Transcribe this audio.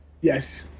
Yes